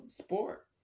sport